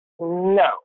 no